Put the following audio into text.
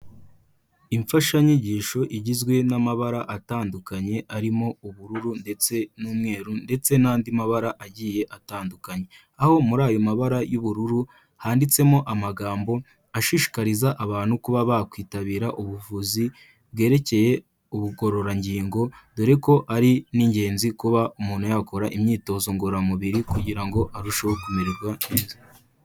Imfashanyigisho igizwe n'amabara atandukanye arimo ubururu ndetse n'umweru, ndetse n'andi mabara agiye atandukanye. Aho muri ayo mabara y'ubururu handitsemo amagambo ashishikariza abantu kuba bakwitabira ubuvuzi bwerekeye ubugororangingo dore ko ari n'ingenzi kuba umuntu yakora imyitozo ngororamubiri kugira ngo arusheho kumererwa neza.